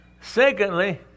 Secondly